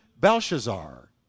Belshazzar